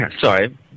Sorry